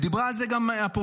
ודיברה על זה הפרופסור,